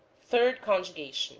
third conjugation